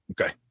Okay